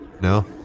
No